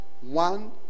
one